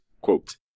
quote